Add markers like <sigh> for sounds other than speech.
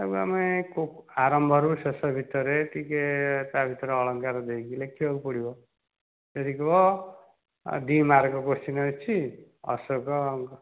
ତାକୁ ଆମେ କୋ ଆରମ୍ଭରୁ ଶେଷ ଭିତରେ ଟିକେ ତା ଭିତରେ ଅଳଙ୍କାର ଦେଇକି ଲେଖିବାକୁ ପଡ଼ିବ <unintelligible> ଆଉ ଦୁଇ ମାର୍କ କ୍ଵେଶ୍ଚିନ୍ ଅଛି ଅଶୋକ